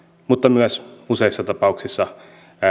mutta myös useissa tapauksissa